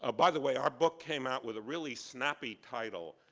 ah by the way, our book came out with a really snappy title.